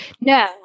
No